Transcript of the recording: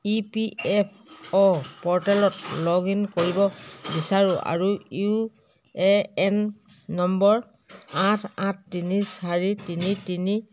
ই P F অ' প'ৰ্টেলত log in কৰিব বিচাৰোঁ আৰু ইউ এ এন নম্বৰ আঠ আঠ তিনি চাৰি তিনি তিনি